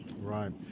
Right